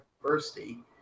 university